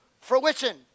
fruition